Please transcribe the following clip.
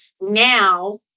Now